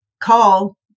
call